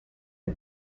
for